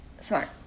smart